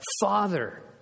father